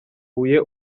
huye